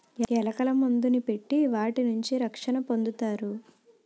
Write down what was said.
ఎలకల మందుని పెట్టి వాటి నుంచి రక్షణ పొందుతారు